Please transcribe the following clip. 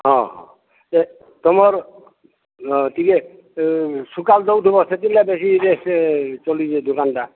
ହଁ ହଁ ଯେ ତୁମର ଟିକେ ସୁକାଲ ଦେଉଥିବ ସେଥିଲାଗି ବେଶୀ ଏ ସେ ଚଳିଯିବ ଦୋକାନଟା